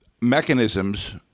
mechanisms